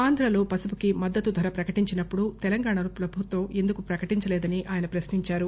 ఆంధ్రలో పసుపుకి మద్దతు ధర ప్రకటించినప్పుడు తెలంగాణలో ప్రభుత్వం ఎందుకు ప్రకటించలేదని ప్రశ్నించారు